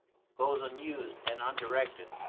goes unused and undirected.